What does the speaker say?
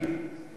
להלן תרגומם: